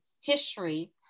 history